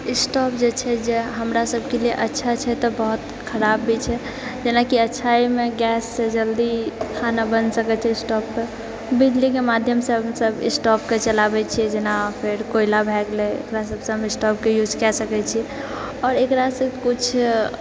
stove जे छै जे हमरा सबके लिए अच्छा छै तऽ बहुत खराब भी छै जेनाकि अच्छाइमे गैस जल्दी खाना बन सकै छै स्टोव पर बिजलीके माध्यमसँ हमसब स्टोवके जलाबै छिऐ जेना फेर कोयला भए गेलै ओकरा सबसँ हम स्टोवके यूज कए सकै छी आओर एकरा से किछु